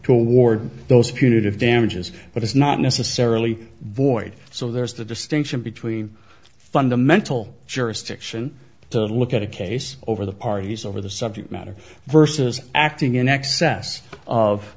award those punitive damages but it's not necessarily void so there's the distinction between fundamental jurisdiction to look at a case over the parties over the subject matter versus acting in excess of